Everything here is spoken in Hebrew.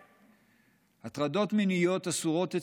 השר יציין, הטרדות מיניות אסורות אצלנו,